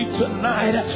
tonight